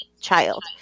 child